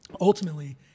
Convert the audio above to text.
ultimately